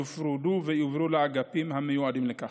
הם יופרדו ויועברו לאגפים המיועדים לכך.